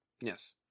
Yes